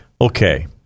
Okay